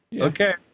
okay